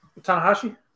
Tanahashi